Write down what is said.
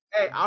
Hey